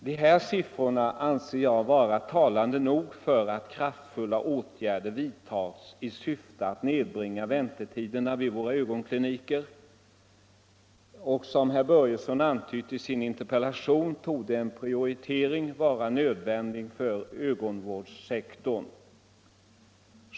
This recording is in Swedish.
De här siffrorna anser jag vara tillräckligt talande för att föranleda kraftfulla åtgärder i syfte att nedbringa väntetiderna vid våra ögonkliniker. Som herr Börjesson antytt i sin interpellation torde en prioritering av ögonvårdssektorn vara nödvändig.